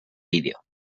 vídeo